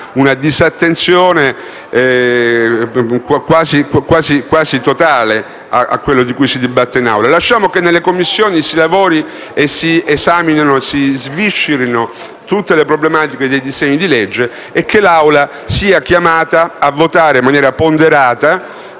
una disattenzione quasi totale a ciò di cui si dibatte in Aula. Lasciamo che nelle Commissioni si lavori, si esaminino e si sviscerino tutte le problematiche dei disegni di legge e che l'Assemblea sia chiamata a votare in maniera ponderata.